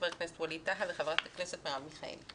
חבר הכנסת ווליד טאהא וחברת הכנסת מרב מיכאלי.